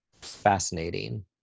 fascinating